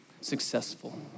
successful